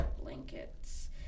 Blankets